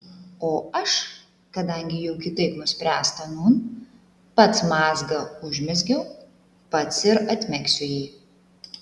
o aš kadangi jau kitaip nuspręsta nūn pats mazgą užmezgiau pats ir atmegsiu jį